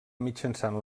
mitjançant